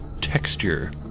texture